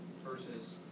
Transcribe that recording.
versus